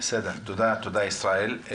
תודה, ישראל.